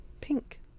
pink